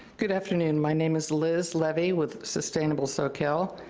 good afternoon, my name is liz levy, with sustainable soquel.